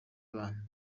bana